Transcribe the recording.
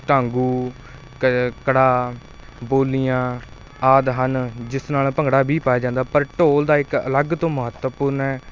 ਟਾਂਗੂ ਕ ਕੜ੍ਹਾ ਬੋਲੀਆਂ ਆਦਿ ਹਨ ਜਿਸ ਨਾਲ ਭੰਗੜਾ ਵੀ ਪਾਇਆ ਜਾਂਦਾ ਪਰ ਢੋਲ ਦਾ ਇੱਕ ਅਲੱਗ ਤੋਂ ਮਹੱਤਵਪੂਰਨ ਹੈ